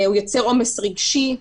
הוא יוצר עומס רגשי,